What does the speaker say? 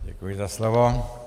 Děkuji za slovo.